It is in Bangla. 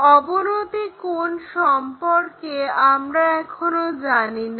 অবনতি কোণ সম্পর্কে আমরা এখনো জানিনা